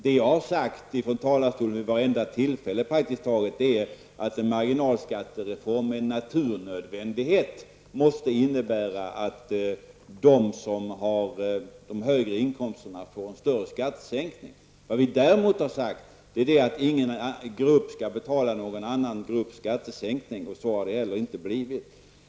Vad jag vid praktiskt taget varje tillfälle har sagt i talarstolen är att mariginalskattereformen med naturnödvändighet måste innebära att de som har de högre inkomsterna får en större skattesänkning. Vad vi däremot har sagt är att ingen grupp skall betala någon annan grupps skattesänkning. Så har det inte heller blivit.